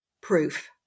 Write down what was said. proof